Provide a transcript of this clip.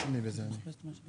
אני משבח את האגף שלכם,